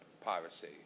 piracy